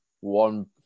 one